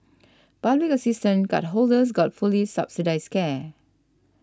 public assistance cardholders got fully subsidised care